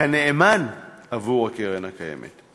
כנאמן עבור הקרן הקיימת.